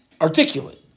articulate